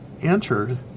entered